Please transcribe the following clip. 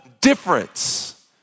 difference